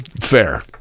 Fair